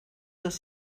dos